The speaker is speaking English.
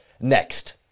next